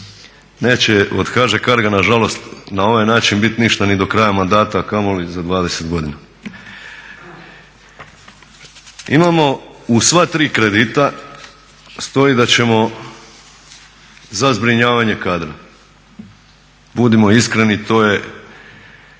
Neće od HŽ Carga nažalost na ovaj način biti ništa ni do kraja mandata, a kamoli za 20 godina. Imamo u sva tri kredita stoji da ćemo za zbrinjavanje kadra. Budimo iskreni to je